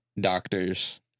doctors